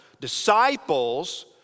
Disciples